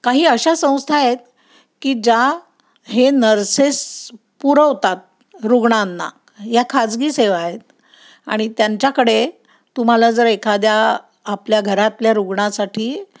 काही अशा संस्था आहेत की ज्या हे नर्सेस पुरवतात रुग्णांना या खाजगी सेवा आहेत आणि त्यांच्याकडे तुम्हाला जर एखाद्या आपल्या घरातल्या रुग्णासाठी